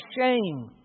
shame